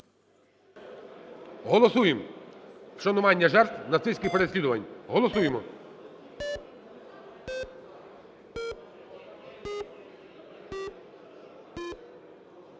Голосуємо вшанування жертв нацистських переслідувань. Голосуємо.